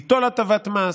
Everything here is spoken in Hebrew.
ליטול הטבת מס,